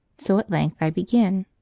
so at length i begin